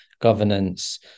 governance